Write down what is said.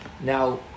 Now